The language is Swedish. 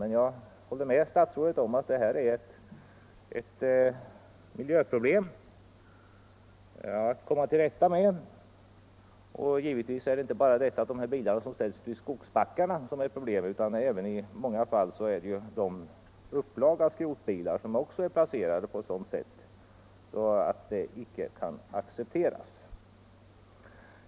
Men jag håller med statsrådet om att det här är ett miljöproblem som det gäller att komma till rätta med. Givetvis består problemet inte bara av alla de bilar som ställs ute i skogsbackarna utan även av de upplag av skrotbilar som är placerade på ett icke acceptabelt sätt.